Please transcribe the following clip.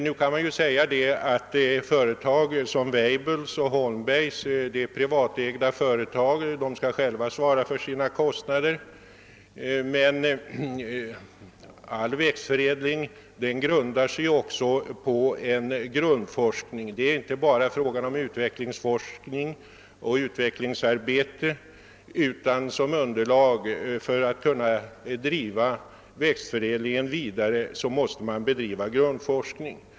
Nu kan det visserligen sägas att Weibullsholm och Algot Holmberg & Söner AB är privatägda företag, vilka själva skall svara för sina kostnader. Men all växtförädling bygger på grundforskning. Det är inte bara fråga om utvecklingsforskning och utvecklingsarbete. För att kunna driva växtförädlingen vidare måste man bedriva grundforskning.